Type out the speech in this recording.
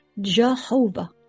Jehovah